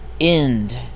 End